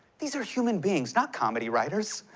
these are human beings, not comedy writers.